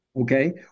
Okay